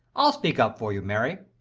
i'll speak up for you, mary.